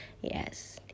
yes